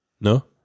No